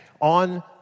on